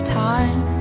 time